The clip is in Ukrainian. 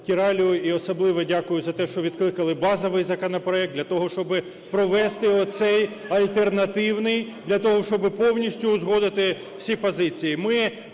Кіралю. І особливо дякую за те, що відкликали базовий законопроект для того, щоби провести оцей альтернативний для того, щоби повністю узгодити всі позиції.